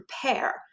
prepare